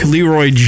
Leroy